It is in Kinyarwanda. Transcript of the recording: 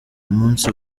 umunsi